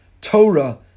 Torah